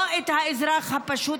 לא את האזרח הפשוט,